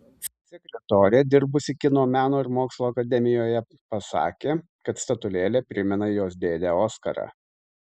sekretorė dirbusi kino meno ir mokslo akademijoje pasakė kad statulėlė primena jos dėdę oskarą